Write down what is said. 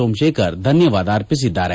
ಸೋಮಶೇಖರ್ ಧನ್ನವಾದ ಅರ್ಪಿಸಿದ್ದಾರೆ